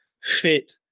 fit